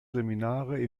seminare